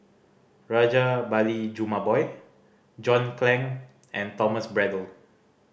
Rajabali Jumabhoy John Clang and Thomas Braddell